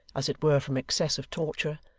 as it were from excess of torture,